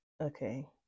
Okay